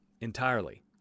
entirely